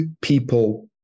people